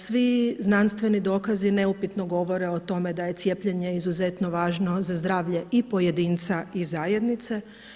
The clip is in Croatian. Svi znanstveni dokazi, neupitno govore o tome, da je cijepljenje izuzetno važno za zdravlje i pojedinca i zajednica.